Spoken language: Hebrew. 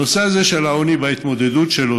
הנושא הזה של העוני וההתמודדות איתו,